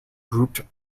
grouped